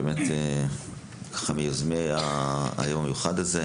מיוזמי היום המיוחד הזה,